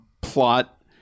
plot